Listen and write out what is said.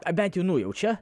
ar bent nujaučia